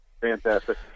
Fantastic